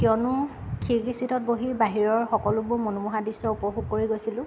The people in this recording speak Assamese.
কিয়নো খিৰিকী ছিটত বহি বাহিৰৰ সকলোবোৰ মনোমোহা দৃশ্য উপভোগ কৰি গৈছিলোঁ